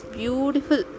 beautiful